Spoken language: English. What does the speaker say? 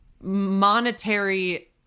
monetary